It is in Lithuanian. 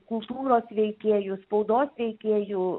kultūros veikėjų spaudos veikėjų